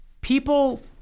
people